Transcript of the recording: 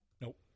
Nope